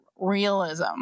realism